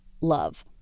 love